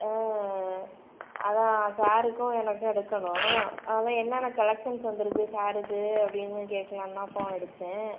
ஆ அதான் சாருக்கு எனக்கும் எடுக்கணும் அதான் என்னென்ன கலெக்க்ஷன்ஸ் வந்துருக்குது சாருக்கு அப்படின்னு கேட்லான்னு தான் ஃபோன் அடிச்சேன்